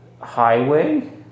highway